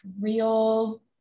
real